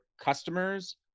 customers